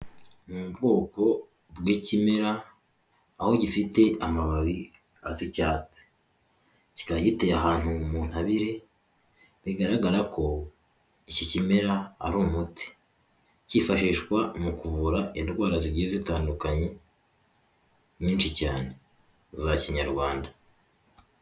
Ni ubwoko bw'ikimera aho gifite amababi asa icyatsi, kikikaba giteye ahantu mu ntabire bigaragara ko iki kimera ari umuti, cyifashishwa mu kuvura indwara zigiye zitandukanye nyinshi cyane za kinyarwanda.